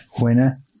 winner